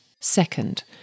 Second